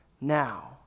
now